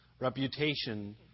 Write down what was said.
reputation